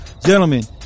Gentlemen